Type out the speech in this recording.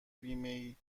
بیمهای